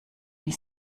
die